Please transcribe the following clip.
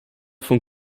von